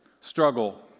struggle